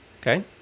Okay